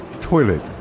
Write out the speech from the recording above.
toilet